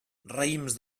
raïms